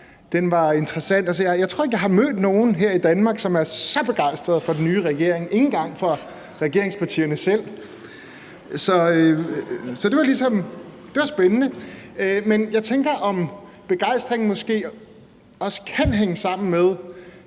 Jeg tror ikke, jeg har mødt nogen her i Danmark, som er så begejstret for den nye regering – ikke engang fra regeringspartierne selv – så det var spændende. Men jeg tænker, om begejstringen måske også kan hænge sammen med,